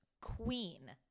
queen